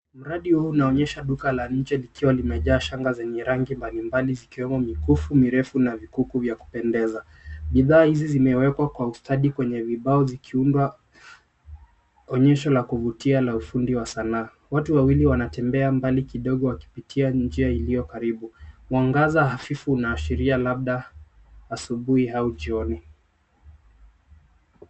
Mradi huu unaonysha duka la nje likiwa limejaa shanga zenye rangi mbalimbali zikiwemo mikufu mirefu na vikuku vya kupendeza. Bidhaa hizi zimewekwa kwa ustadi kwenye vibao zikiunda onyesho la kuvutia la ufundi wa sanaa. Watu wawili wanatembea mbali kidogo wakipitia njia iliyo karibu. Mwangaza hafifu unaashiria labda asubuhi au jioni.